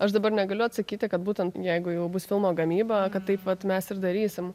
aš dabar negaliu atsakyti kad būtent jeigu jau bus filmo gamyba kad taip vat mes ir darysim